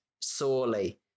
sorely